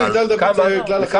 לא, מוזיאון מגדל דוד זה כלל אחר.